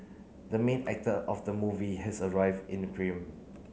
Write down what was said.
the main actor of the movie has arrived in the